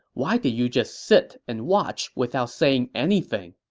why did you just sit and watch without saying anything?